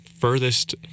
furthest